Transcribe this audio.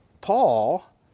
Paul